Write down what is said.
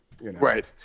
Right